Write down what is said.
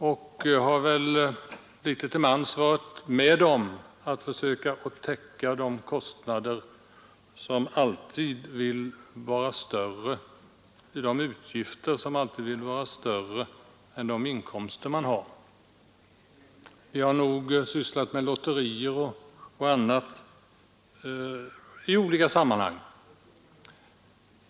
— och har varit med om att försöka täcka utgifterna som alltid vill vara större än de inkomster man har. Vi har sysslat med lotterier och annat sådant i olika sammanhang.